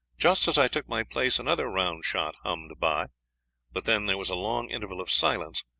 just as i took my place another round shot hummed by but then there was a long interval of silence.